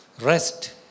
Rest